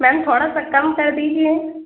میم تھوڑا سا کم کر دیجیے